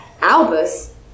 Albus